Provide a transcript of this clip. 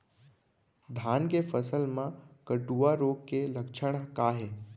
धान के फसल मा कटुआ रोग के लक्षण का हे?